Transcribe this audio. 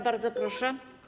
Bardzo proszę.